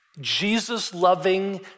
Jesus-loving